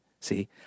see